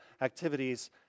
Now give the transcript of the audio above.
activities